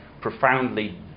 profoundly